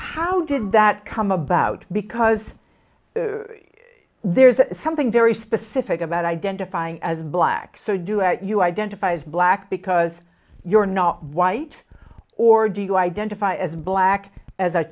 how did that come about because there is something very specific about identifying as black so you do it you identify as black because you're not white or do you identify as black as a